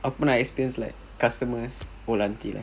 aku pernah experience like customers old auntie lah